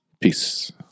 peace